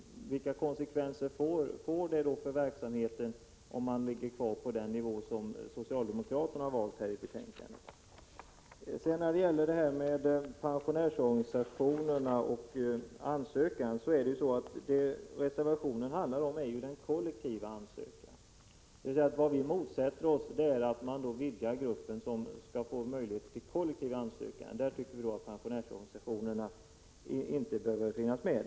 Vilka konsekvenser får det för verksamheten, om man ligger kvar på den nivå som socialdemokraterna valt i betänkandet? När det gäller pensionärsorganisationernas ansökan är det så att vad Prot. 1985/86:130 reservationen handlar om är den kollektiva ansökan, dvs. vad vi motsätter 29 april 1986 oss är att man vidgar gruppen som skall få möjlighet till kollektiv ansökan. Där tycker vi att pensionärsorganisationerna inte behöver finnas med.